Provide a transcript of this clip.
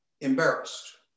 embarrassed